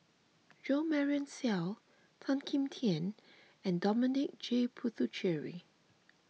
Jo Marion Seow Tan Kim Tian and Dominic J Puthucheary